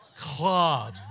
club